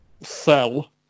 sell